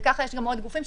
וככה יש גם עוד גופים,